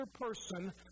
person